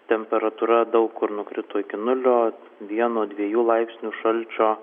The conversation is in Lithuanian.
temperatūra daug kur nukrito iki nulio vieno dviejų laipsnių šalčio